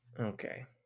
Okay